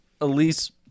Elise